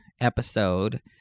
episode